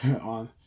on